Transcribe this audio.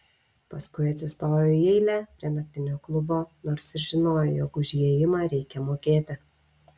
paskui atsistojo į eilę prie naktinio klubo nors ir žinojo jog už įėjimą reikia mokėti